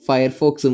Firefox